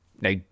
Now